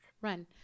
run